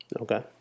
Okay